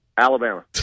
Alabama